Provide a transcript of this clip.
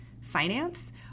finance